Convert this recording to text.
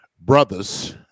brothers